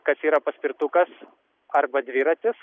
kas yra paspirtukas arba dviratis